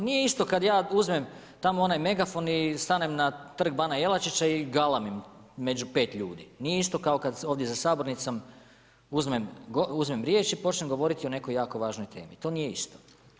Nije isto kada ja uzmem tamo onaj megafon i stanem na Trg bana Jelačića i galamim među pet ljudi, nije isto kada ovdje za sabornicom uzmem riječ i počnem govoriti o nekoj jako važnoj temi, to nije isto.